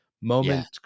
moment